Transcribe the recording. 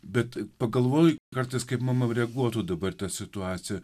bet pagalvoju kartais kaip mama reaguotų dabartinė situacija